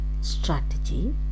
strategy